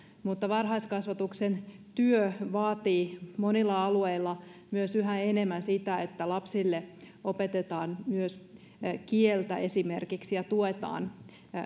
mutta varhaiskasvatuksen työ vaatii monilla alueilla myös yhä enemmän sitä että lapsille opetetaan myös esimerkiksi kieltä ja tuetaan